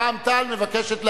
רע"ם-תע"ל, מבקשת להצביע.